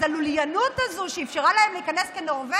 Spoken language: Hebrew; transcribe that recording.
אז הלוליינות הזו, שאפשרה להם כנורבגים,